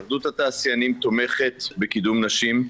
התאחדות התעשיינים תומכת בקידום נשים,